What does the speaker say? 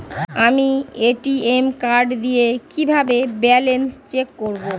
আমি ATM card দিয়ে কিভাবে ব্যালেন্স চেক করব?